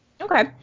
Okay